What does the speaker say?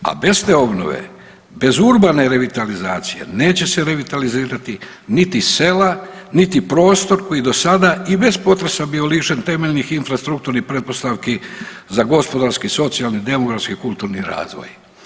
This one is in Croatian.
A bez te obnove, bez urbane revitalizacije, neće se revitalizirati niti sela niti prostor koji do sada i bez potresa bio lišen temeljnih infrastrukturnih pretpostavki za gospodarski, socijalni, demografski i kulturni razvoj.